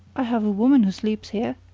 i have a woman who sleeps here,